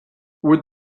would